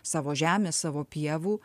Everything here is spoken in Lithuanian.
savo žemės savo pievų